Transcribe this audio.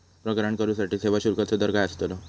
प्रकरण करूसाठी सेवा शुल्काचो दर काय अस्तलो?